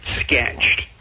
sketched